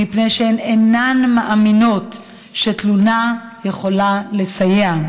מפני שהן אינן מאמינות שתלונה יכולה לסייע.